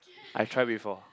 I try before